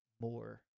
more